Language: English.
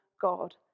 God